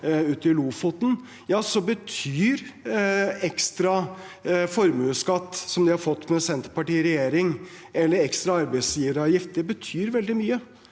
ute i Lofoten, betyr ekstra formuesskatt – som de har fått med Senterpartiet i regjering – eller ekstra arbeidsgiveravgift, veldig mye.